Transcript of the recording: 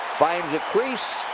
finds a crease.